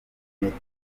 gihugu